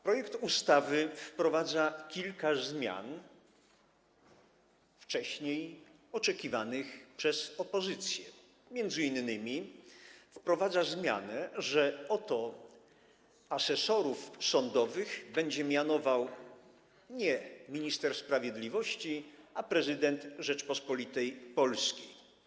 Projekt ustawy wprowadza kilka zmian, wcześniej oczekiwanych przez opozycję, m.in. wprowadza zmianę, że asesorów sądowych będzie mianował nie minister sprawiedliwości, ale prezydent Rzeczypospolitej Polskiej.